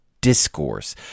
discourse